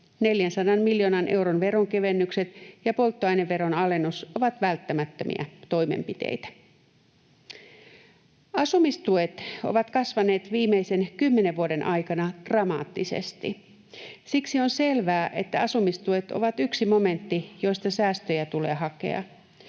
400 miljoonan euron veronkevennykset ja polttoaineveron alennus ovat välttämättömiä toimenpiteitä. Asumistuet ovat kasvaneet viimeisen kymmenen vuoden aikana dramaattisesti. Siksi on selvää, että asumistuet ovat yksi momentti, josta säästöjä tulee hakea.